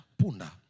punda